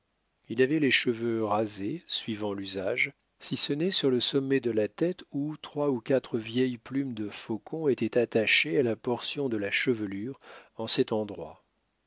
il avait les cheveux rasés suivant l'usage si ce n'est sur le sommet de la tête où trois ou quatre vieilles plumes de faucon étaient attachées à la portion de la chevelure en cet endroit